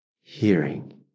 hearing